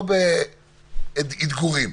לא באתגורים.